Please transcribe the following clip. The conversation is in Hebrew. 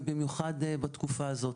ובמיוחד בתקופה הזאת.